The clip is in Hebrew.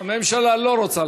הממשלה לא עונה?